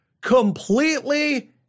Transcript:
completely